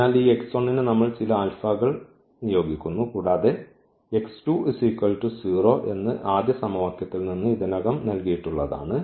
അതിനാൽ ഈ ന് നമ്മൾ ചില ആൽഫകൾ നിയോഗിക്കുന്നു കൂടാതെ 0 എന്ന് ആദ്യ സമവാക്യത്തിൽ നിന്ന് ഇതിനകം നൽകിയിട്ടുള്ളതാണ്